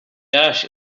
ash